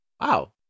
Wow